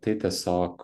tai tiesiog